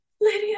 Lydia